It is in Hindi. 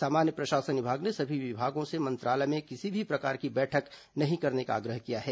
सामान्य प्रशासन विभाग ने सभी विभागों से मंत्रालय में किसी भी प्रकार की बैठक नहीं करने का आग्रह किया है